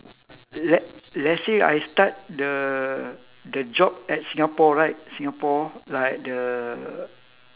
let let's say I start the the job at singapore right singapore like the